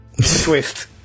Swift